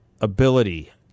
ability